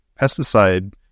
pesticide